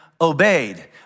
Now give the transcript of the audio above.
obeyed